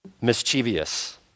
mischievous